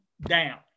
down